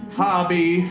hobby